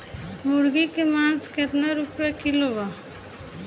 मुर्गी के मांस केतना रुपया किलो बा?